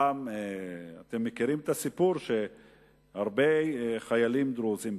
אתם מכירים את הסיפור שהרבה חיילים דרוזים,